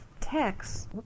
text